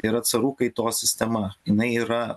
yra carų kaitos sistema jinai yra